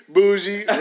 Bougie